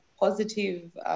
positive